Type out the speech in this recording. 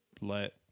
let